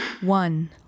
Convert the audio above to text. one